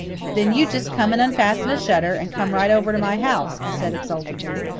then you just come and unfasten a shutter, and come right over to my house, i said exultantly.